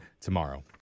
tomorrow